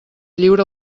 lliura